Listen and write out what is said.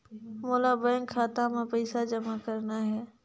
मोला बैंक खाता मां पइसा जमा करना हे?